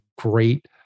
great